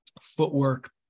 footwork